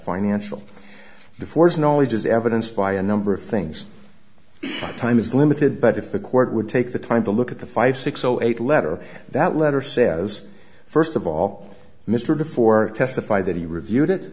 financial the force knowledge is evidenced by a number of things the time is limited but if the court would take the time to look at the five six zero eight letter that letter says first of all mr before testify that he reviewed it